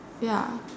ya